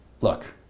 Look